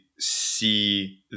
see